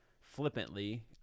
flippantly